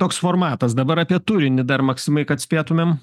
toks formatas dabar apie turinį dar maksimai kad spėtumėm